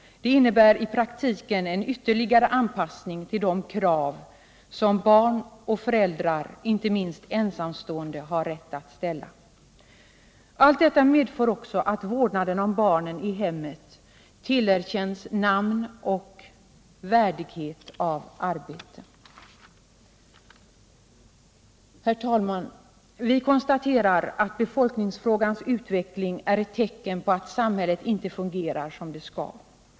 Det innebär i praktiken en ytterligare anpassning till de krav som barn och föräldrar, inte minst ensamstående, har rätt att ställa. Allt detta medför också att vårdnaden om barnen i hemmet tillerkänns namn och värdighet av arbete. Herr talman! Vi konstaterar att befolkningsfrågans utveckling är ett tecken på att samhället inte fungerar som det skall.